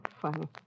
Funny